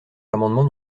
l’amendement